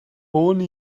ohne